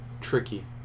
tricky